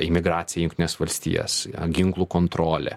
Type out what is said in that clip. imigracija į jungtines valstijas a ginklų kontrolė